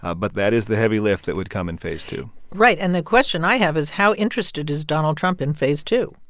ah but that is the heavy lift that would come in phase two point right. and the question i have is, how interested is donald trump in phase two?